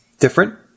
different